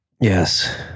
Yes